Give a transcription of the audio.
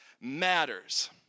matters